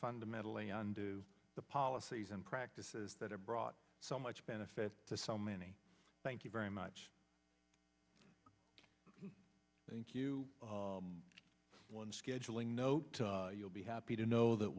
fundamentally undo the policies and practices that have brought so much benefit to so many thank you very much thank you one scheduling note you'll be happy to know that